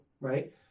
right